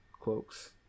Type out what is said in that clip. cloaks